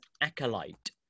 Acolyte